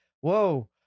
whoa